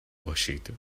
باشید